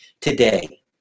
today